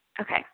Okay